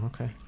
okay